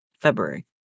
February